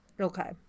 Okay